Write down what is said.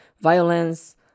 violence